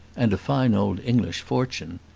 and a fine old english fortune.